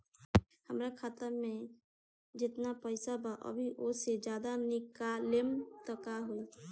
हमरा खाता मे जेतना पईसा बा अभीओसे ज्यादा निकालेम त का होई?